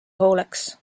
hooleks